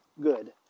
good